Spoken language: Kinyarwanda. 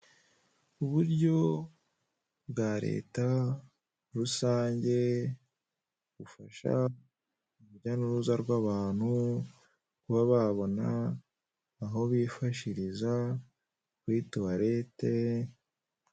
Uburyo bwa Leta rusange bufasha urujya n'uruza rw'abantu kuba babona aho bifashiriza kuri toilette.